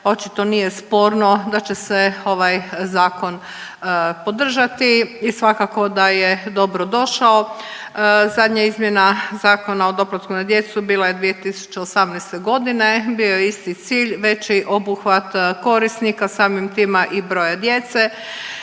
Očito nije sporno da će se ovaj zakon podržati i svakako da je dobro došao. Zadnja izmjena Zakona o doplatku na djecu bila je 2018. godine, bio je isti cilj veći obuhvat korisnika, samim time i broja djece